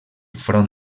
front